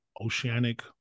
Oceanic